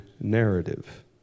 narrative